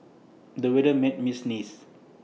the weather made me sneeze